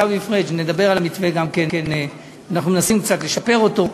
עיסאווי פריג', אנחנו מנסים קצת לשפר אותו.